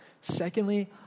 Secondly